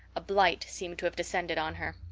a blight seemed to have descended on her.